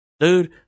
Dude